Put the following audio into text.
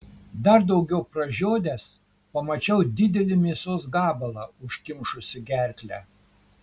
dar daugiau pražiodęs pamačiau didelį mėsos gabalą užkimšusį gerklę